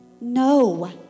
No